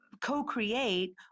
co-create